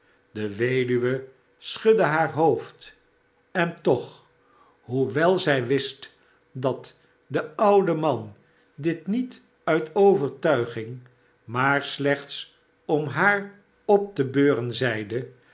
de weduwe schudde haar hoofd en toch hoewel zij wist dat de oude man dit niet uit overtuiging maar slechts om haar op te beuren zeide